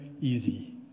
easy